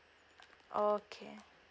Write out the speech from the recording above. okay